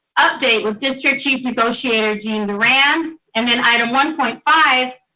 update with district chief negotiator gene durand, and then item one point five,